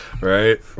right